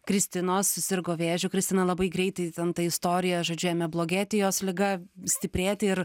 kristinos susirgo vėžiu kristina labai greitai ten ta istorija žodžiu ėmė blogėti jos liga stiprėti ir